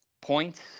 Points